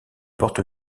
porte